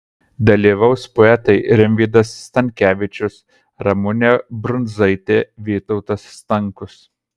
dalyvaus poetai rimvydas stankevičius ramunė brundzaitė vytautas stankus